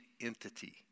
entity